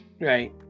Right